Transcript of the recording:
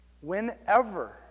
Whenever